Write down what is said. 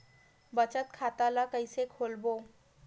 बचत खता ल कइसे खोलबों?